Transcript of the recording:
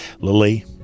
Lily